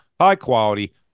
high-quality